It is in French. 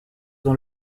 dans